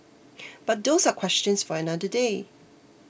but those are questions for another day